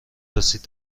رسید